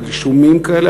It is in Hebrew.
על אישומים כאלה,